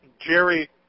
Jerry